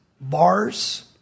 bars